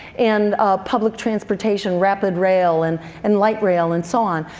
and public transportation, rapid rail and and light rail and so on.